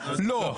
לא.